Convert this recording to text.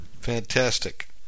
fantastic